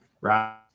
right